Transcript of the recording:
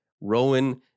Rowan